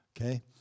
Okay